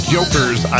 Jokers